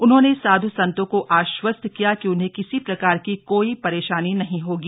उन्होंने साधु संतो को आश्वास्त किया कि उन्हें किसी प्रकार की कोई परेशानी नही होगी